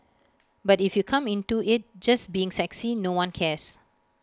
but if you come into IT just being sexy no one cares